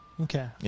Okay